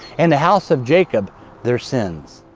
and the house of jacob their sins.